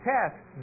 Test